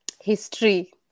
History